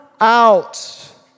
out